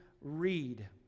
read